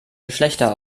geschlechter